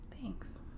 thanks